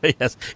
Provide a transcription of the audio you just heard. Yes